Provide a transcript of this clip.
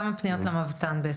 כמה פעמים התערבתם בדבר כזה?